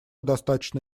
достаточно